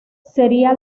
sería